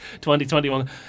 2021